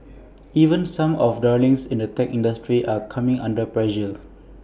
even some of the darlings in the tech industry are coming under pressure